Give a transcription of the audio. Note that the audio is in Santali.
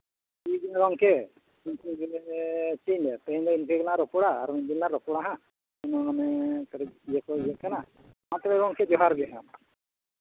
ᱴᱷᱤᱠ ᱜᱮᱭᱟ ᱜᱚᱢᱠᱮ ᱛᱮᱦᱤᱧ ᱫᱚ ᱤᱱᱠᱟᱹ ᱜᱮᱞᱟᱝ ᱨᱚᱯᱚᱲᱟ ᱟᱨ ᱢᱤᱫ ᱫᱤᱱ ᱞᱟᱝ ᱨᱚᱯᱚᱲᱟ ᱦᱟᱸᱜ ᱢᱟᱱᱮ ᱠᱟᱹᱴᱤᱡ ᱤᱭᱟᱹ ᱠᱚ ᱤᱭᱟᱹᱜ ᱠᱟᱱᱟ ᱢᱟ ᱛᱚᱵᱮ ᱜᱚᱢᱠᱮ ᱡᱚᱦᱟᱨ ᱜᱮ ᱦᱮᱸ